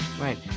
Right